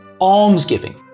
almsgiving